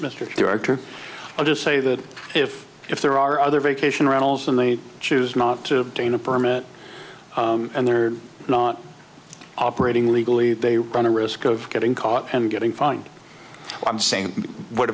mr director i'll just say that if if there are other vacation rentals and they choose not to train a permit and they're not operating legally they run a risk of getting caught and getting fined what i'm saying what